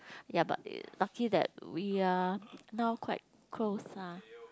ya but lucky that we are now quite close ah